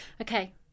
Okay